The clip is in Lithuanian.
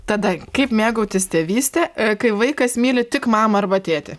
tada kaip mėgautis tėvyste kai vaikas myli tik mamą arba tėtį